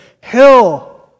hill